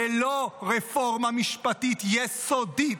ללא רפורמה משפטית יסודית,